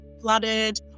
flooded